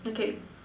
okay